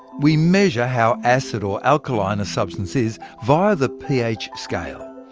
we measure how acid or alkaline a substance is via the ph scale.